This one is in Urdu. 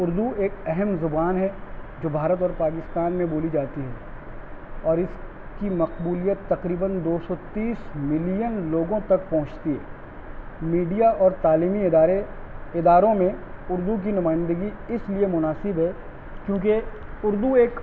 اردو ایک اہم زبان ہے جو بھارت اور پاکستان میں بولی جاتی ہے اور اس کی مقبولیت تقریباً دو سو تیس ملین لوگوں تک پہنچتی ہے میڈیا اور تعلیمی ادارے اداروں میں اردو کی نمائندگی اس لیے مناسب ہے کیونکہ اردو ایک